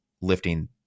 lifting